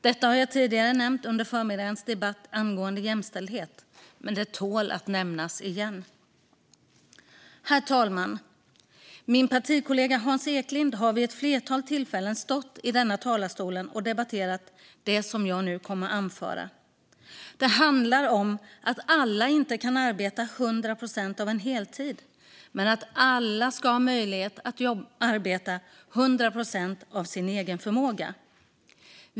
Detta har jag tidigare nämnt under förmiddagens debatt om jämställdhet, men det tål att nämnas igen. Herr talman! Min partikollega Hans Eklind har vid ett flertal tillfällen stått i denna talarstol och debatterat om det som jag nu kommer att anföra. Det handlar om att alla inte kan arbeta 100 procent av en heltid men att alla ska ha möjlighet att arbeta 100 procent av sin egen förmåga.